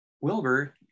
Wilbur